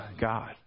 God